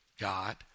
God